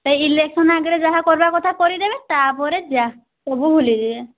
ସେହି ଇଲେକ୍ସନ୍ ଆଗରେ ଯାହା କରିବା କଥା କରିଦେବେ ତା'ପରେ ଯା ସବୁ ଭୁଲି ଯିବେ